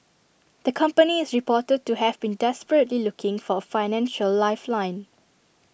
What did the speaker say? the company is reported to have been desperately looking for financial lifeline